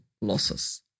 losses